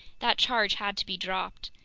that charge had to be dropped.